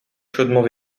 chaudement